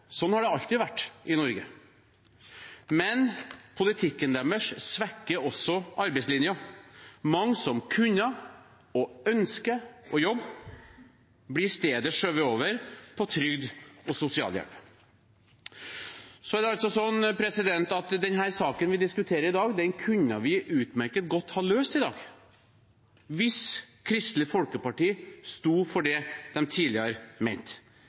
har det alltid vært i Norge – men politikken deres svekker også arbeidslinjen. Mange som kan og ønsker å jobbe, blir i stedet skjøvet over på trygd og sosialhjelp. Den saken vi diskuterer her i dag, kunne vi utmerket godt ha løst i dag hvis Kristelig Folkeparti hadde stått for det de tidligere